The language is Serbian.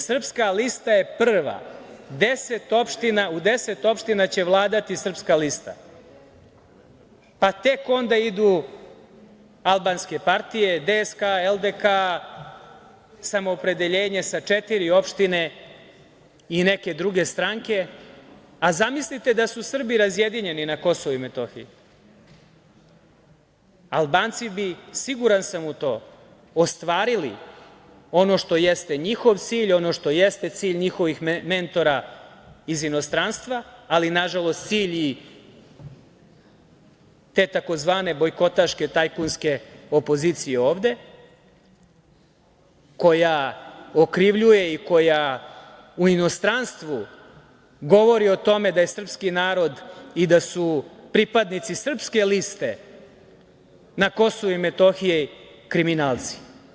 Srpska lista je prva, u deset opština će vladati Srpska lista, pa tek onda idu albanske partije DSK, LDK, Samoopredeljenje sa četiri opštine i neke druge stranke, a zamislite da su Srbi razjedinjeni na Kosovu i Metohiji, Albanci bi, siguran sam u to, ostvarili ono što jeste njihov cilj, ono što jeste cilj njihovih mentora iz inostranstva, ali nažalost cilj i te tzv. bojkotaške tajkunske opozicije ovde koja okrivljuje i koja u inostranstvu govori o tome da je srpski narod i da su pripadnici srpske liste na Kosovu i Metohiji kriminalci.